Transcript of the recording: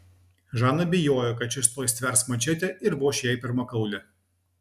žana bijojo kad šis tuoj stvers mačetę ir voš jai per makaulę